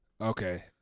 Okay